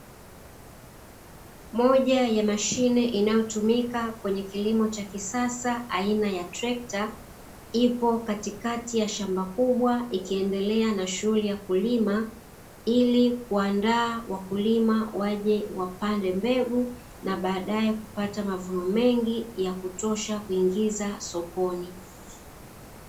Moja ya mashine inayotumika kwenye kilimo cha kisasa aina ya trekta ipo katikati ya shamba kubwa ikiendelea na shughuli ya kulima ili kuandaa wakulima waje wapande mbegu na baadae kupata mavuno mengi ya kutosha kuingiza sokoni.